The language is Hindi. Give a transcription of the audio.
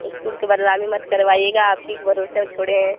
इस्कूल की बदनामी मत करवाइएगा आप ही के भरोसे हम छोड़े हैं